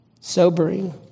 Sobering